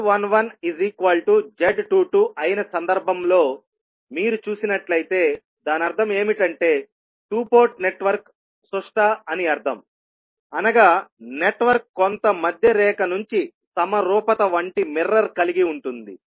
z11z22అయిన సందర్భంలో మీరు చూసినట్లయితే దానర్థం ఏమిటంటే 2 పోర్ట్ నెట్వర్క్ సుష్ట అని అర్థం అనగా నెట్వర్క్ కొంత మధ్య రేఖ నుంచి సమరూపత వంటి మిర్రర్ కలిగి ఉంది